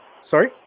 Sorry